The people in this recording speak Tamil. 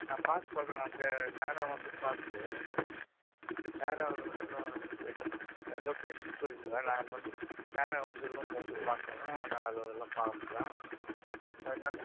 நான் பார்த்து சொல்கிறேன் நான் க நேராக வந்து பார்த்து நேராக ர லொக்கேஷன் சொல்லுங்கள் நான் வந்து நேராக வந்து ரூம் வந்து பார்த்தாதான் நான் அதெல்லாம் பார்க்க முடியும் அதனால்